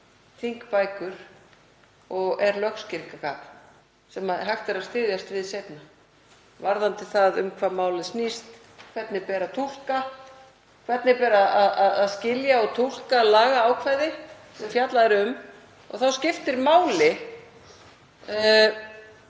þingbækur og er lögskýringargagn sem hægt er að styðjast við seinna varðandi það um hvað málið snýst og hvernig beri að túlka það, hvernig ber að skilja og túlka lagaákvæði sem fjallað er um og hefur oft